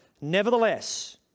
nevertheless